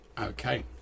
Okay